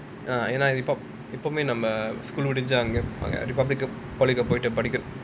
ஏனா இப்ப இப்பவும் நம்ம:yaenaa ippa ippavum namma school முடிஞ்சா அங்க:mudinja anga republic polytechnic படிச்சோம்லே:padichomla